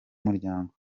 umuryango